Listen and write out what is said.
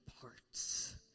parts